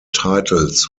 titles